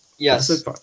Yes